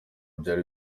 byari